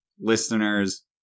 listeners